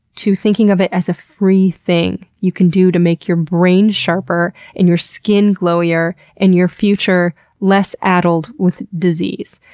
to thinking of it as a free thing you can do to make your brain sharper, and your skin glowier, and your future less addled with disease.